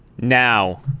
Now